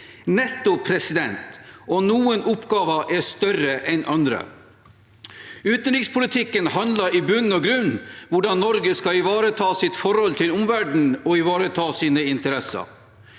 Nettopp – og noen oppgaver er større enn andre. Utenrikspolitikken handler i bunn og grunn om hvordan Norge skal ivareta sitt forhold til omverdenen og ivareta sine interesser.